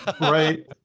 Right